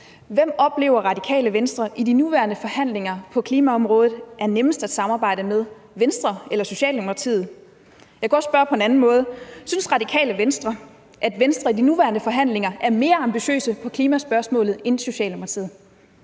Hvem oplever Radikale Venstre i de nuværende forhandlinger på klimaområdet er nemmest at samarbejde med – Venstre eller Socialdemokratiet? Jeg kunne også spørge på en anden måde: Synes Radikale Venstre, at Venstre i de nuværende forhandlinger er mere ambitiøse i klimaspørgsmålet end Socialdemokratiet?